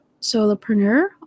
solopreneur